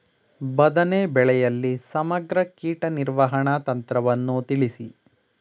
ಬದನೆ ಬೆಳೆಯಲ್ಲಿ ಸಮಗ್ರ ಕೀಟ ನಿರ್ವಹಣಾ ತಂತ್ರವನ್ನು ತಿಳಿಸಿ?